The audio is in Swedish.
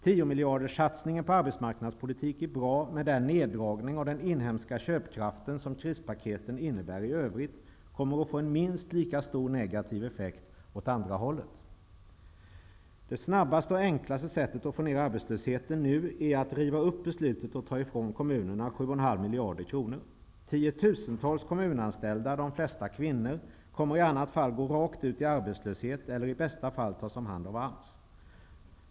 Tiomiljarderssatsningen på arbetsmarknadspolitik är bra, men den neddragning av den inhemska köpkraften som krispaketen innebär i övrigt kommer att få en minst lika stor negativ effekt åt andra hållet. Det snabbaste och enklaste sättet att nu få ner arbetslösheten är att riva upp beslutet att ta ifrån kommunerna 7,5 miljarder kronor. Tiotusentals kommunanställda -- de flesta kvinnor -- kommer i annat fall att gå rakt ut i arbetslöshet eller i bästa fall tas om hand av AMS.